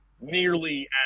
nearly